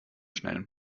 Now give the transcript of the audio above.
schnellen